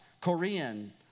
Korean